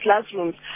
classrooms